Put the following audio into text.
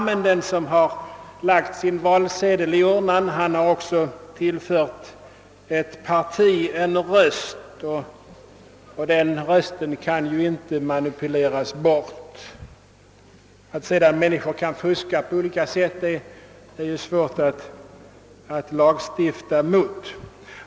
Men den som har lagt sin valsedel i urnan har också givit ett parti sin röst, och den rösten kan ju inte manipuleras bort. Att människor sedan kan fuska på olika sätt är ju svårt att lagstifta mot.